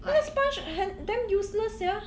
那个 sponge 很 damn useless sia